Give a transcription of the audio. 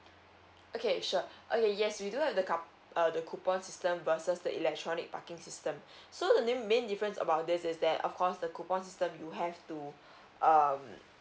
okay sure uh ya yes we do have the cup~ uh the coupon system versus the electronic parking system so the name main difference about this is that of course the coupon system you have to um